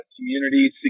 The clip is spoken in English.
community